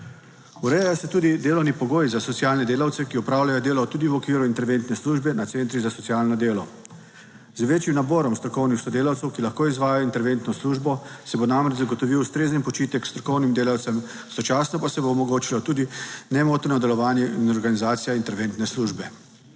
Urejajo se tudi delovni pogoji za socialne delavce, ki opravljajo delo tudi v okviru interventne službe na centrih za socialno delo. Z večjim naborom strokovnih sodelavcev, ki lahko izvajajo interventno službo, se bo namreč zagotovil ustrezen počitek strokovnim delavcem, istočasno pa se bo omogočilo tudi nemoteno delovanje in organizacija interventne službe.